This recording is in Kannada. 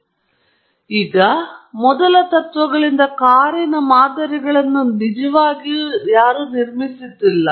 ನಾವು ಮೊದಲ ತತ್ವಗಳಿಂದ ಕಾರಿನ ಮಾದರಿಗಳನ್ನು ನಿಜವಾಗಿಯೂ ನಿರ್ಮಿಸುತ್ತಿಲ್ಲ